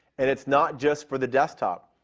and it is not just for the desktop.